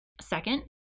Second